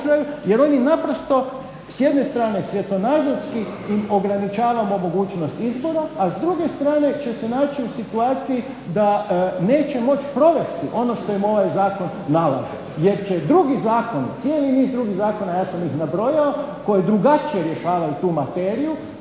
jer oni naprosto s jedne strane svjetonazorski im ograničavamo mogućnost izbora, a s druge strane će se naći u situaciji da neće moći provesti ono što im ovaj zakon nalaže jer će drugi zakon, cijeli niz drugih zakona, a ja sam ih nabrojao koji drugačije rješavaju tu materiju,